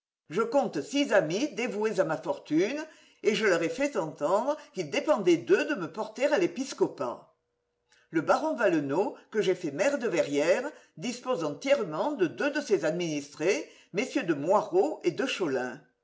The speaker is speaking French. je compte six amis dévoués à ma fortune et je leur ai fait entendre qu'il dépendait d'eux de me porter à l'épiscopat le baron valenod que j'ai fait maire de verrières dispose entièrement de deux de ses administrés mm de moirod et de cholin